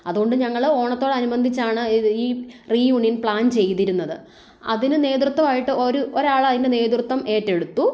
അതുകൊണ്ട് ഞങ്ങൾ ഓണത്തോട് അനുബന്ധിച്ചാണ് ഇത് ഈ റീയൂണിയൻ പ്ലാൻ ചെയ്തിരുന്നത് അതിനു നേതൃത്വം ആയിട്ട് ഒരു ഒരാൾ അതിന് നേതൃത്വം ഏറ്റെടുത്തു